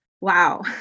wow